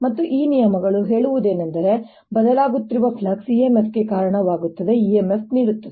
ಮತ್ತು ಈ ನಿಯಮಗಳು ಹೇಳುವುದೇನೆಂದರೆ ಬದಲಾಗುತ್ತಿರುವ ಫ್ಲಕ್ಸ್ EMF ಗೆ ಕಾರಣವಾಗುತ್ತದೆ EMF ನೀಡುತ್ತದೆ